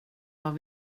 vad